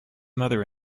mother